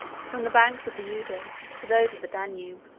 from the banks of the oder to those of the danube.